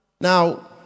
Now